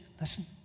listen